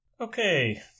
Okay